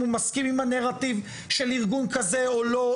הוא מסכים עם הנרטיב של ארגון כזה או לא,